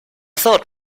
thought